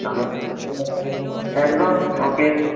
সামান একদম ওকে